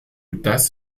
dass